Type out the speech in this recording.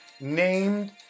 named